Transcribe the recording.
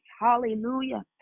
Hallelujah